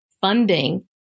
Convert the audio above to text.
funding